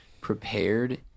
prepared